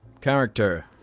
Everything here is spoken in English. character